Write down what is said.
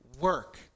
work